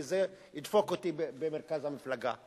כי זה ידפוק אותי במרכז המפלגה.